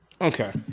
Okay